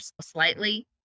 slightly